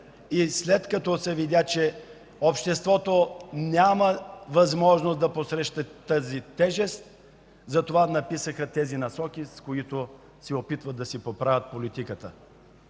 След като се видя, че обществото няма възможност да посрещне тази тежест, написаха тези насоки, с които се опитват да поправят политиката